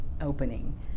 opening